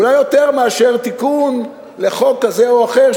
אולי יותר מאשר תיקון לחוק כזה או אחר,